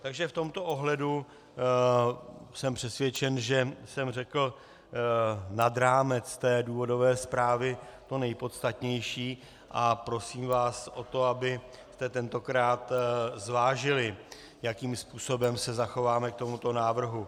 Takže v tomto ohledu jsem přesvědčen, že jsem řekl nad rámec důvodové zprávy to nejpodstatnější, a prosím vás o to, abyste tentokrát zvážili, jakým způsobem se zachováme k tomuto návrhu.